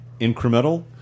incremental